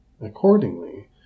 Accordingly